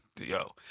yo